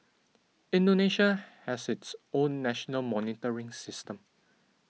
Indonesia has its own national monitoring system